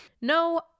no